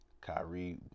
Kyrie